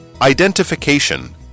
Identification